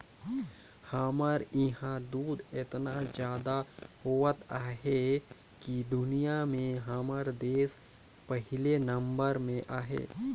हमर इहां दूद एतना जादा होवत अहे कि दुनिया में हमर देस पहिले नंबर में अहे